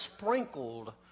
sprinkled